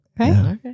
Okay